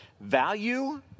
Value